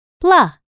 blah